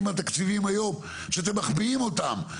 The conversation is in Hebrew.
מהתקציבים היום שאתם מחביאים אותם.